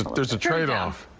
there's a trade-off.